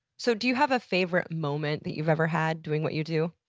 so do you have a favorite moment that you've ever had doing what you do?